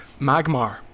Magmar